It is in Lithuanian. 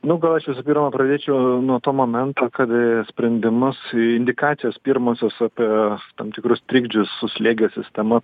nu gal aš visų pirma pradėčiau nuo to momento kad sprendimus indikacijos pirmosios apie tam tikrus trikdžius su slėgio sistema